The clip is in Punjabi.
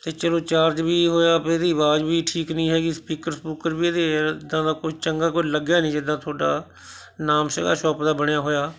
ਅਤੇ ਚੱਲੋ ਚਾਰਜ ਵੀ ਹੋਇਆ ਫਿਰ ਇਹਦੀ ਅਵਾਜ਼ ਵੀ ਠੀਕ ਨਹੀਂ ਹੈਗੀ ਸਪੀਕਰ ਸਪੁਕਰ ਵੀ ਇਹਦੇ ਇੱਦਾਂ ਦਾ ਕੁਛ ਚੰਗਾ ਕੋਈ ਲੱਗਿਆ ਨਹੀਂ ਜਿੱਦਾਂ ਤੁਹਾਡਾ ਨਾਮ ਸੀਗਾ ਸ਼ੋਪ ਦਾ ਬਣਿਆ ਹੋਇਆ